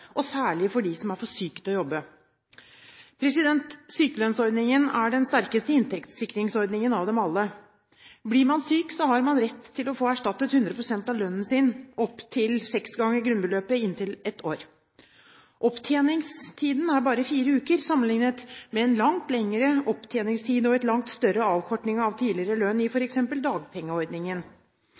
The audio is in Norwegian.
og særlig for dem som er for syke til å jobbe. Sykelønnsordningen er den sterkeste inntektssikringsordningen av dem alle. Blir man syk, har man rett til å få erstattet 100 pst. av lønnen sin opp til seks ganger grunnbeløpet i inntil ett år. Opptjeningstiden er bare fire uker – sammenlignet med en langt lengre opptjeningstid og en langt større avkortning av tidligere lønn i f.eks. dagpengeordningen.